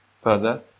further